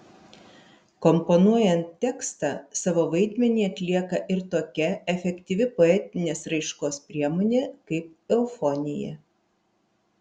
komponuojant tekstą savo vaidmenį atlieka ir tokia efektyvi poetinės raiškos priemonė kaip eufonija